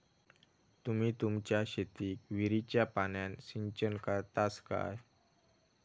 तुम्ही तुमच्या शेतीक विहिरीच्या पाण्यान सिंचन करतास काय?